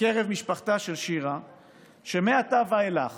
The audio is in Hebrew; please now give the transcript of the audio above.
בקרב משפחתה של שירה שמעתה ואילך